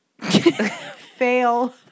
Fail